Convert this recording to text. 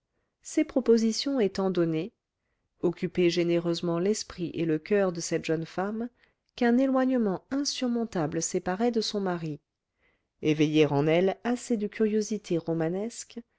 ces propositions étant données occuper généreusement l'esprit et le coeur de cette jeune femme qu'un éloignement insurmontable séparait de son mari éveiller en elle assez de curiosité romanesque